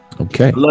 okay